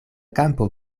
kampo